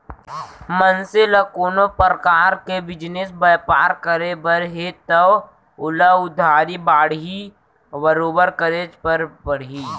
मनसे ल कोनो परकार के बिजनेस बयपार करे बर हे तव ओला उधारी बाड़ही बरोबर करेच बर परही